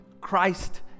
Christ